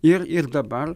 ir ir dabar